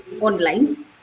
online